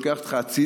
שלוקח אותך הצידה,